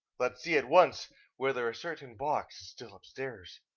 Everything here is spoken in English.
let's see at once whether a certain box is still upstairs.